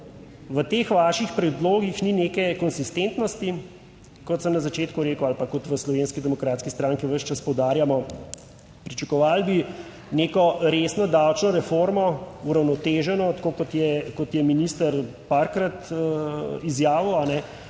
v teh vaših predlogih ni neke konsistentnosti, kot sem na začetku rekel, ali pa kot v Slovenski demokratski stranki ves čas poudarjamo, pričakovali bi neko resno davčno reformo, uravnoteženo, tako kot je, kot je minister parkrat izjavil, ne